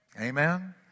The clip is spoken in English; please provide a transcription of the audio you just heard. Amen